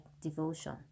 devotion